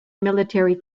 military